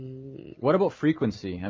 what about frequency? and